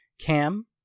Cam